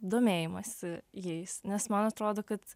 domėjimąsi jais nes man atrodo kad